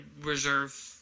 reserve